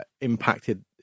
impacted